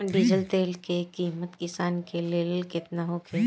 Diesel तेल के किमत किसान के लेल केतना होखे?